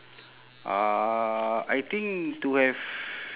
uh I think to have